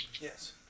yes